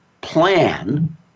plan